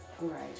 Right